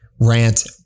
rant